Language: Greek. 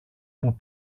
που